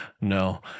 no